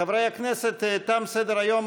חברי הכנסת, תם סדר-היום.